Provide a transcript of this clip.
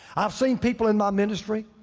i've seen people in my ministry,